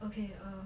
okay err